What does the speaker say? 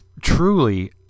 truly